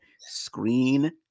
Screen